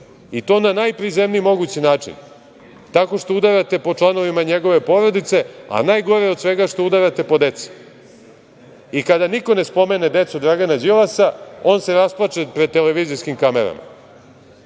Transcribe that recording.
i to na najprizemniji mogući način, tako što udarate po članovima njegove porodice, a najgore od svega je što udarate po deci. I kada niko ne spomene decu Dragana Đilasa, on se rasplače pred televizijskim kamerama,